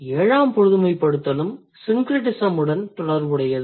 ஏழாம் பொதுமைப்படுத்தலும் syncretismஉடன் தொடர்புடையது